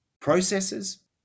processes